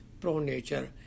pro-nature